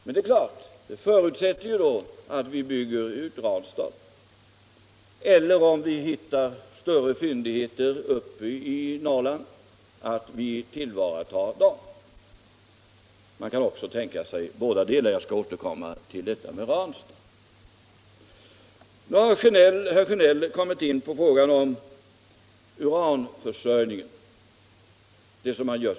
Men det är klart att det förutsätter att vi bygger ut Ranstadsverket, eller, om vi hittar större uranfyndigheter uppe i Norrland, att vi tillvaratar dem. Man kan också tänka sig att göra bådadera; jag skall senare återkomma till frågan om Ranstad. Nu har herr Sjönell kommit in på frågan om uranförsörjningen ur beredskapssynpunkt.